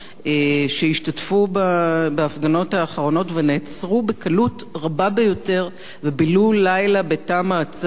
שהשתתפו בהפגנות האחרונות ונעצרו בקלות רבה ביותר ובילו לילה בתא המעצר.